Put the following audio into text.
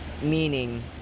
meaning